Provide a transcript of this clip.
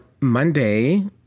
Monday